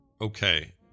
Okay